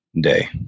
day